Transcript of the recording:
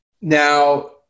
Now